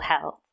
health